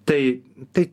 tai tai